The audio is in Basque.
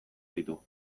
ditu